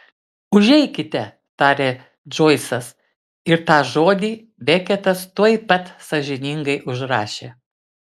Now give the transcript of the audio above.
užeikite tarė džoisas ir tą žodį beketas tuoj pat sąžiningai užrašė